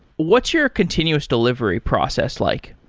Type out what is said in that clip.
what's your continuous delivery process like?